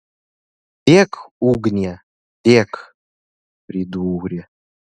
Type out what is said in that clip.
dek ugnie dek pridūrė